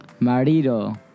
Marido